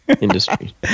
industry